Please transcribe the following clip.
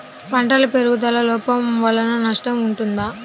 పంటల పెరుగుదల లోపం వలన నష్టము ఉంటుందా?